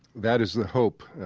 that is the hope.